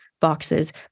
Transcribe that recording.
boxes